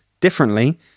differently